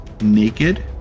naked